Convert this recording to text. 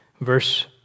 Verse